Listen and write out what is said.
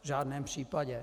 V žádném případě.